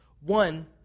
One